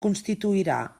constituirà